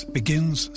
begins